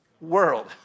world